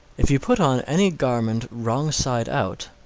if you put on any garment wrong side out,